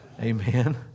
Amen